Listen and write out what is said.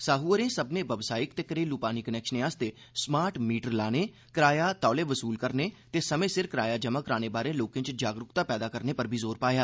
साह् होरें सब्बनें व्यवसायिक ते घरेलू पानी कनैक्शनें आस्तै स्मार्ट मीटर लाने किराया तौले वसूल करने ते समें सिर किराया जमा कराने बारै लोकें च जागरुकता पैदा करने पर जोर पाया